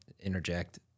interject